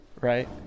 right